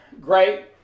great